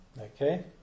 Okay